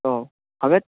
ও হবে